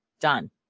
done